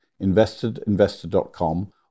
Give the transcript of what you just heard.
investedinvestor.com